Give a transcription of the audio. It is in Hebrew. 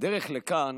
בדרך לכאן